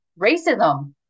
racism